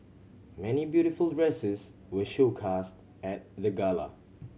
many beautiful dresses were showcased at the gala